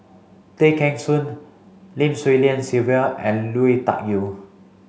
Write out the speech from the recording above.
Tay Kheng Soon Lim Swee Lian Sylvia and Lui Tuck Yew